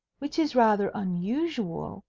which is rather unusual,